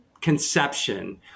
conception